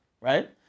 right